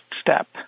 step